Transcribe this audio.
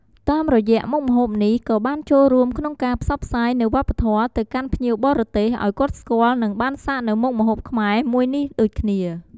តាមរយៈមុខម្ហូបនេះ ក៏បានចូលរួមក្នុងការផ្សព្វផ្សាយនូវរប្បធម៌ទៅកាន់ភ្ញៀវបរទេសឲ្យគាត់ស្គាល់និងបានសាកនៅមុខម្ហូបខ្មែរមួយនេះដូចគ្នា។